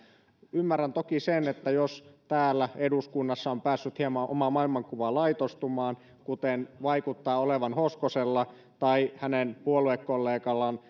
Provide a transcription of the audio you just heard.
ymmärrän toki sen jos täällä eduskunnassa on päässyt hieman oma maailmakuva laitostumaan kuten vaikuttaa olevan hoskosella tai hänen puoluekollegallaan